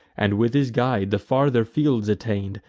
and, with his guide, the farther fields attain'd,